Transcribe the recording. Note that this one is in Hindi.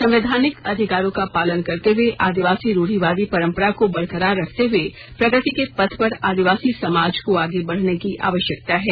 संवैधानिक अधिकारों का पालन करते हुए आदिवासी रूढ़िवादी परंपरा को बरकरार रखते हुए प्रगति के पथ पर आदिवासी समाज को आगे बढ़ने की आवश्यकता है